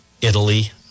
Italy